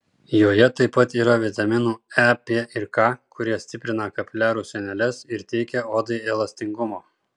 joje taip pat yra vitaminų e p ir k kurie stiprina kapiliarų sieneles ir teikia odai elastingumo